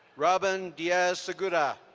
robin diaz segura.